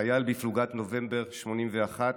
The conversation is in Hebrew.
חייל בפלוגת נובמבר 1981,